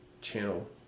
channel